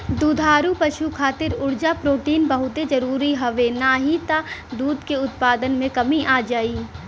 दुधारू पशु खातिर उर्जा, प्रोटीन बहुते जरुरी हवे नाही त दूध के उत्पादन में कमी आ जाई